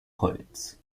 holz